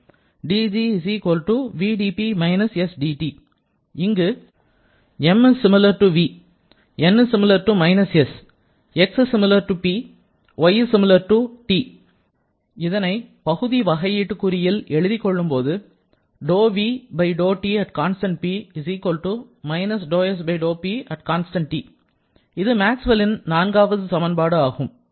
dg vdP − sdT இங்கு இதனை பகுதி வகையீட்டு குறியில் எழுதிக் கொள்ளும் போது இது மேக்ஸ்வெல் இன் நான்காவது சமன்பாடு ஆகும்